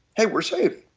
hey we're safe,